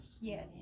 Yes